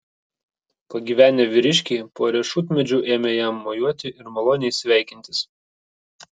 pagyvenę vyriškiai po riešutmedžiu ėmė jam mojuoti ir maloniai sveikintis